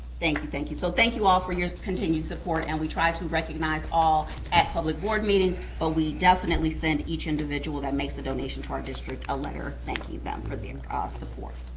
thank you, thank you, so thank you all for your continued support and we try to recognize all at public board meetings, but we definitely send each individual that makes a donation to our district a letter thanking them for their and ah support.